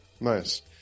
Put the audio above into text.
Nice